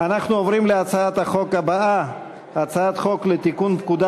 אני קובע כי הצעת החוק אושרה בקריאה טרומית